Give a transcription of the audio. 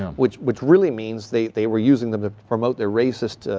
which which really means they they were using the promote their racist,